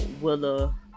Willa